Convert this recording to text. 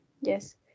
yes